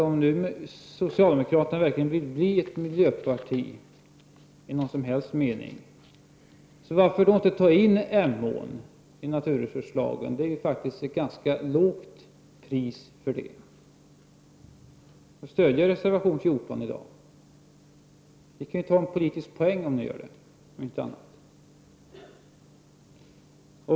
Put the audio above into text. Om socialdemokraterna verkligen vill bli ett miljöparti i någon som helst mening kan man fråga sig varför de inte vill ta in Emån i naturresurslagen — priset härför är faktiskt ganska lågt — och i dag stödja reservation 14. Ni kan ju ta en politisk poäng om ni gör det — om inte annat.